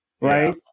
right